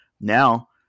Now